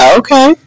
okay